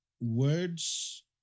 words